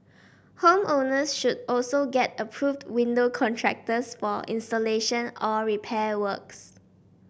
home owners should also get approved window contractors for installation or repair works